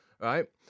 right